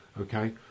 okay